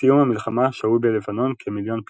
בסיום המלחמה שהו בלבנון כמיליון פליטים.